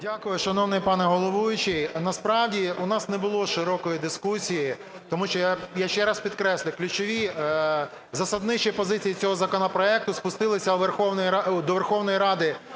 Дякую, шановний пане головуючий. Насправді у нас не було широкої дискусії, тому що, я ще раз підкреслюю, ключові засадничі позиції цього законопроекту спустилися до Верховної Ради